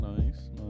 nice